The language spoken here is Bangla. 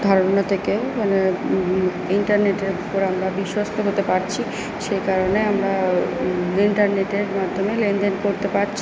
ধারণা থেকে মানে ইন্টারনেটের উপর আমরা বিশ্বস্ত হতে পারছি সেই কারণে আমরা ইন্টারনেটের মাধ্যমে লেনদেন করতে পারছি